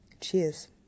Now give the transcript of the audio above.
cheers